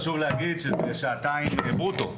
חשוב להגיד שזה שעתיים ברוטו.